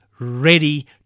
ready